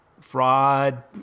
fraud